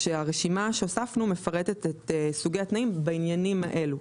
כשהרשימה שהוספנו מפרטת את סוגי התנאים בעניינים האלה,